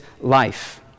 life